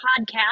podcast